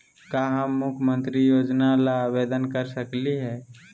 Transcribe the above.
का हम मुख्यमंत्री योजना ला आवेदन कर सकली हई?